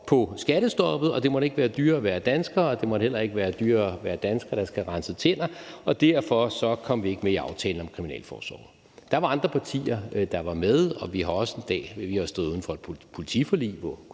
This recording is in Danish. på skattestoppet, og det måtte ikke være dyrere at være dansker, og det måtte heller ikke være dyrere at være dansker, der skal have renset tænder, og derfor kom vi ikke med i aftalen om kriminalforsorgen. Der var andre partier, der var med. Vi har også stået uden for et politiforlig, hvor